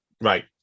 Right